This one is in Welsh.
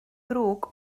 ddrwg